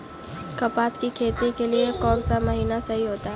कपास की खेती के लिए कौन सा महीना सही होता है?